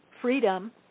freedom